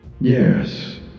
Yes